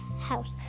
house